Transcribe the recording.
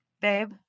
babe